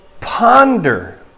ponder